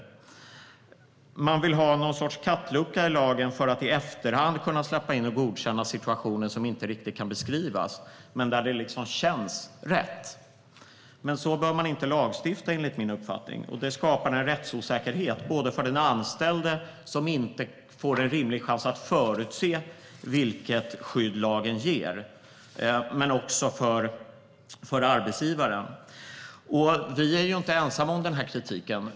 Man vill ha någon sorts kattlucka i lagen för att i efterhand kunna släppa in och godkänna situationer som inte riktigt kan beskrivas, men där det liksom känns rätt. Så bör man inte lagstifta, enligt min uppfattning. Det skapar rättsosäkerhet, för den anställde som inte får en rimlig chans att förutse vilket skydd lagen ger men också för arbetsgivaren. Vi är inte ensamma om kritiken.